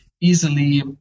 easily